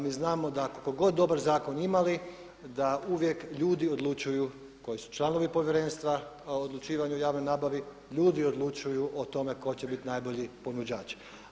Mi znamo da koliko god dobar zakon imali da uvijek ljudi odlučuju koji su članovi Povjerenstva o odlučivanju o javnoj nabavi, ljudi odlučuju o tome tko će biti najbolji ponuđač.